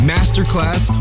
Masterclass